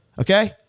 Okay